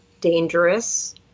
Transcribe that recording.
dangerous